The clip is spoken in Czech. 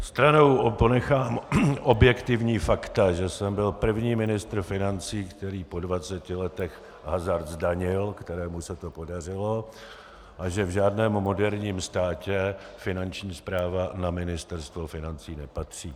Stranou ponechám objektivní fakta, že jsem byl první ministr financí, který po dvaceti letech hazard zdanil, kterému se to podařilo, a že v žádném moderním státě Finanční správa na ministerstvo financí nepatří.